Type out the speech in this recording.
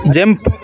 jump